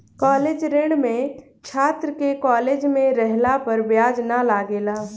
college ऋण में छात्र के कॉलेज में रहला पर ब्याज ना लागेला